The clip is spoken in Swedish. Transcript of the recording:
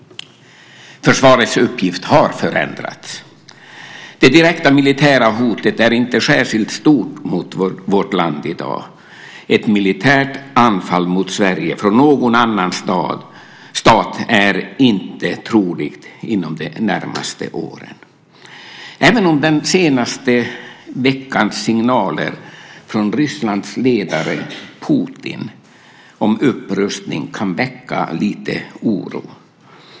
Försvarets uppgift har förändrats. Det direkta militära hotet är inte särskilt stort mot vårt land i dag. Ett militärt anfall mot Sverige från någon annan stat är inte troligt inom de närmaste åren, även om den senaste veckans signaler från Rysslands ledare Putin om upprustning kan väcka lite oro.